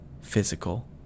physical